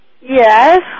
Yes